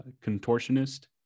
contortionist